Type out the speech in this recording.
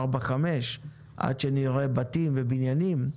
ארבע או חמש שנים עד שנראה בתים ועניינים.